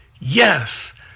Yes